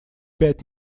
пять